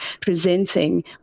presenting